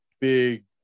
big